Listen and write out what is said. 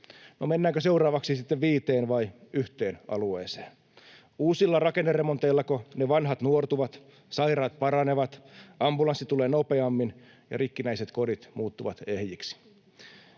mennäänkö seuraavaksi sitten viiteen vai yhteen alueeseen? Uusilla rakenneremonteillako ne vanhat nuortuvat, sairaat paranevat, ambulanssi tulee nopeammin ja rikkinäiset kodit muuttuvat ehjiksi?